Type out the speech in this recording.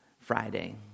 Friday